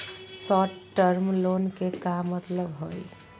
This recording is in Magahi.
शार्ट टर्म लोन के का मतलब हई?